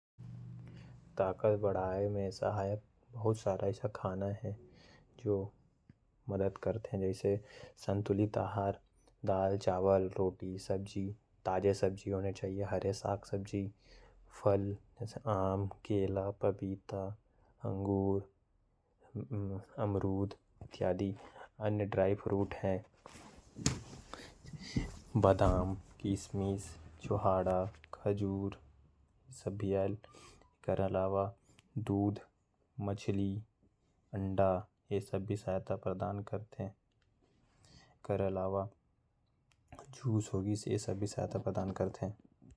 ताकत बढ़ाए में बहुत सारा संतुलित आहार है। जो उपयोगी साबित होयल। दाल चावल सब्जी, फल में आम, केला, अमरूद। ड्राई फ्रूट में बादाम, काजू, अखरोट। एकर अलावा अंडा, मांस, मछलियां । और जूस।